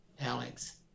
Alex